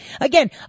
Again